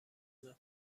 مکانی